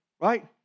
Right